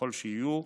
ככל שיהיו,